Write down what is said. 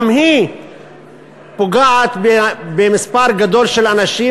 גם היא פוגעת במספר גדול של אנשים,